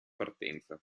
partenza